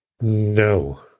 No